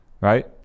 right